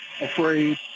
afraid